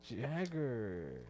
Jagger